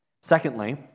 Secondly